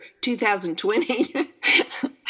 2020